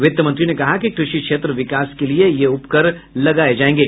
वित्त मंत्री ने कहा कि कृषि क्षेत्र विकास के लिये ये उपकर लगाये जायेंगे